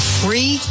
free